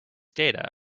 data